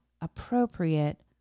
appropriate